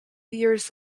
years